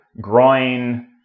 groin